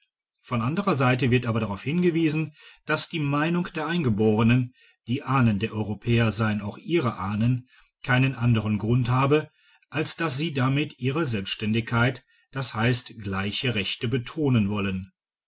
von anderer seite wird aber daraufhingewiesen dass die meinung der eingeborenen die ahnen der europäer seien auch ihre ahnen keinen anderen grund habe als dass sie damit ihre selbstständigkeit d h gleiche rechte betonen wollen